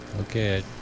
Okay